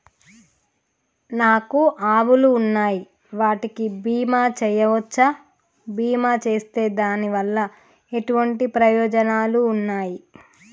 నాకు ఆవులు ఉన్నాయి వాటికి బీమా చెయ్యవచ్చా? బీమా చేస్తే దాని వల్ల ఎటువంటి ప్రయోజనాలు ఉన్నాయి?